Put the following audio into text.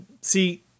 see